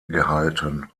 gehalten